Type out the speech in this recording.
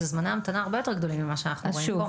אלה זמני המתנה הרבה יותר גדולים ממה שאנחנו רואים פה.